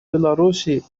беларуси